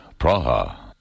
Praha